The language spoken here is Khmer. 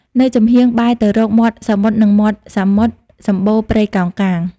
នៅចំហៀងបែរទៅរកមាត់សមុទ្រ និងមាត់សមុទ្រ សំបូរព្រៃកោងកាង ។